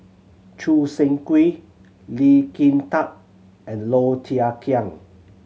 Choo Seng Quee Lee Kin Tat and Low Thia Khiang